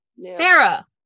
sarah